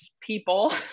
people